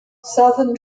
southern